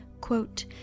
quote